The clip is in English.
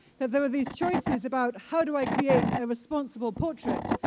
that there are these choices about how do i create a responsible portrait,